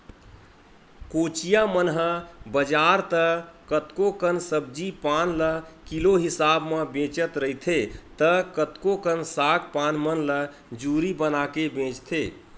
कोचिया मन ह बजार त कतको कन सब्जी पान ल किलो हिसाब म बेचत रहिथे त कतको कन साग पान मन ल जूरी बनाके बेंचथे